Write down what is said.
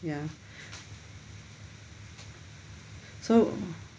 ya so